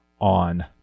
on